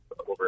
over